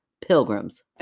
pilgrims